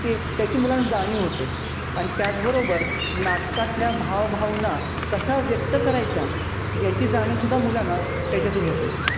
ते त्याची मुलांना जाणीव होते आणि त्याचबरोबर नाटकातल्या भावभावना कसा व्यक्त करायचा याची जाणीव सुद्धा मुलांना त्याच्यातून होते